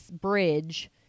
bridge